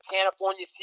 California